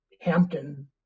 Hampton